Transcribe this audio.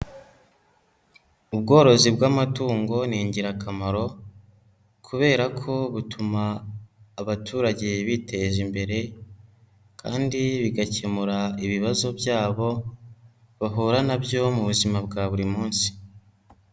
Ubworozi bw'amatungo ni ingirakamaro kubera ko butuma abaturage biteza imbere kandi bigakemura ibibazo byabo, bahura na byo mu buzima bwa buri munsi.